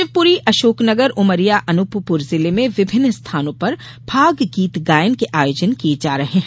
शिवपुरी अशोकनगर उमरिया अनुपपुर जिले में विभिन्न स्थानों पर फाग गीत गायन के आयोजन किये जा रहे है